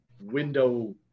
window